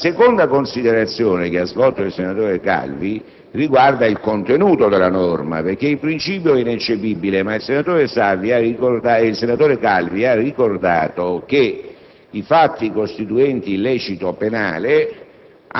La seconda considerazione svolta dal senatore Calvi riguarda il contenuto della norma perché, anche se il principio è ineccepibile, il senatore Calvi ha ricordato che i fatti costituenti illecito penale